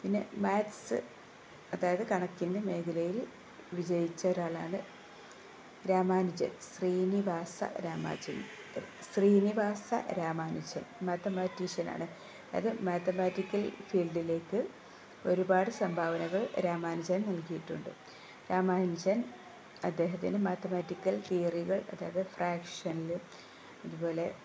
പിന്നെ മാത്സ് അതായത് കണക്കിന്റെ മേഖലയിൽ വിജയിച്ച ഒരാളാണ് രാമാനുജൻ ശ്രീനിവാസ രാമാനുജൻ മാത്തമാറ്റീഷ്യനാണ് അത് മാത്തമാറ്റിക്കൽ ഫീൽഡിലേക്ക് ഒരുപാട് സംഭാവനകൾ രാമാനുജൻ നൽകിയിട്ടുണ്ട് രാമാനുജൻ അദ്ദേഹത്തിന്റെ മാത്തമാറ്റിക്കൽ തിയറികൾ അതായത് ഫ്രാക്ഷനില് അതുപോലെ